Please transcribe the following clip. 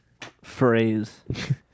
phrase